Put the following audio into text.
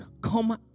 come